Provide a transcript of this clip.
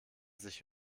sich